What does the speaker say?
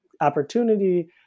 opportunity